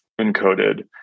encoded